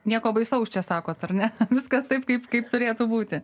nieko baisaus čia sakote ar ne viskas taip kaip kaip turėtų būti